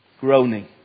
groaning